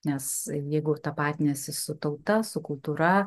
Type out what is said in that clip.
nes jeigu tapatiniesi su tauta su kultūra